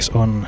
on